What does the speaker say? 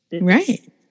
Right